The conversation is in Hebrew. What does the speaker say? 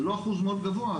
זה לא אחוז מאוד גבוה,